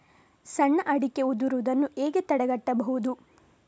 ಸಣ್ಣ ಅಡಿಕೆ ಉದುರುದನ್ನು ಹೇಗೆ ತಡೆಗಟ್ಟಬಹುದು?